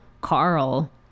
Carl